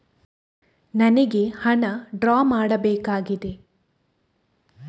ನನಿಗೆ ಹಣ ಡ್ರಾ ಮಾಡ್ಬೇಕಾಗಿದೆ